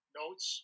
notes